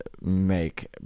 make